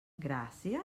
gràcies